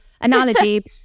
analogy